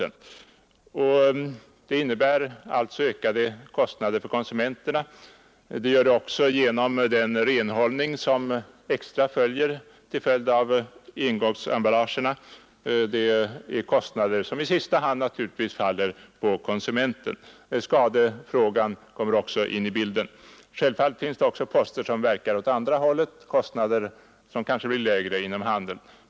Engångsglas innebär alltså ökade kostnader för konsumenterna. Det gör det också genom den extra renhållning som följer på grund av engångsemballagen. Alla dessa ökade kostnader faller naturligtvis i sista hand på konsumenterna. Skadefrågan kommer också in i kostnadsbilden. Självfallet finns det också poster som verkar åt andra hållet, kostnader som blir lägre t.ex. inom handeln.